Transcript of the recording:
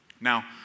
Now